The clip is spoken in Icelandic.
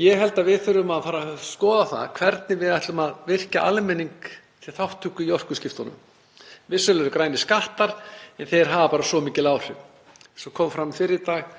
Ég held að við þurfum að fara að skoða það hvernig við ætlum að virkja almenning til þátttöku í orkuskiptunum. Vissulega eru grænir skattar en þeir hafa bara viss áhrif. Eins og kom fram fyrr í dag